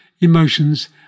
emotions